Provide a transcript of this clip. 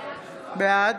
בעד